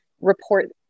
report